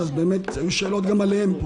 את עבודתם נאמנה ולא שרטטו לנו מעולם את